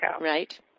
Right